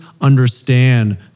understand